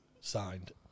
signed